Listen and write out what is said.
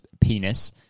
penis